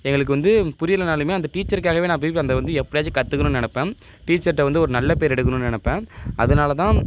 எங்களுக்கு வந்து புரியலனாலுமே அந்த டீச்சருக்காகவே நான் போய் அந்த வந்து எப்படியாச்சு கற்றுக்கணுன் நினப்பேன் டீச்சர்கிட்ட வந்து ஒரு நல்ல பேர் எடுக்கணுன்னு நினப்பேன் அதனால தான்